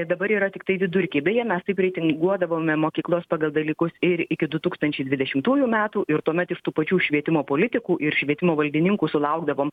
dabar yra tiktai vidurkiai beje mes taip reitinguodavome mokyklas pagal dalykus ir iki du tūkstančiai dvidešimtųjų metų ir tuomet iš tų pačių švietimo politikų ir švietimo valdininkų sulaukdavom